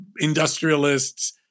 industrialists